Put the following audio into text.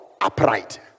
upright